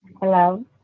Hello